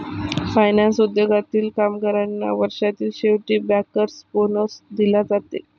finance उद्योगातील कामगारांना वर्षाच्या शेवटी बँकर्स बोनस दिला जाते